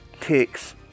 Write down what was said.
ticks